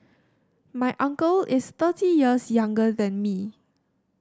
my uncle is thirty years younger than me